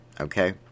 Okay